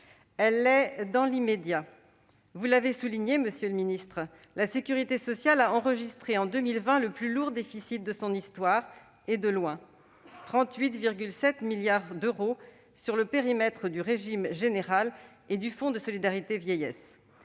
Elle l'est dans l'immédiat. Vous l'avez souligné, monsieur le ministre, la sécurité sociale a enregistré en 2020 le plus lourd déficit de son histoire, et de loin : 38,7 milliards d'euros sur le périmètre du régime général et du Fonds de solidarité vieillesse,